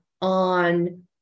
on